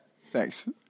Thanks